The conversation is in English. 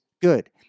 good